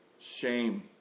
shame